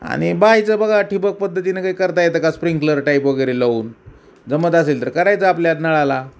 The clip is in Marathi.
आणि बाईचं बघा ठिबक पद्धतीनं काही करता येतं का स्प्रिंकलर टाईप वगैरे लावून जमत असेल तर करायचं आपल्यात नळाला